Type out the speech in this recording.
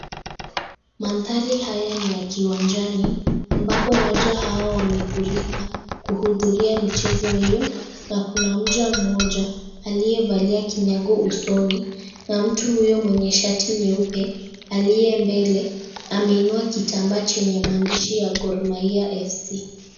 Maandhari haya ni ya kiwanjani ambapo waja hao wamefurika kuhudhuria michezo hiyo na kuna mja mmoja aliyevalia kinyago usoni na mtu huyo mwenye shati nyeupe aliye mbele ameinua kitambaa Chenye maandishi ya "Gormahia FC".